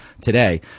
today